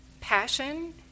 passion